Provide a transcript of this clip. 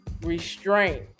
restraint